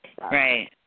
Right